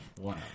one